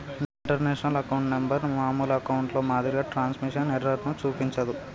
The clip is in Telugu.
ఇంటర్నేషనల్ అకౌంట్ నెంబర్ మామూలు అకౌంట్లో మాదిరిగా ట్రాన్స్మిషన్ ఎర్రర్ ను చూపించదు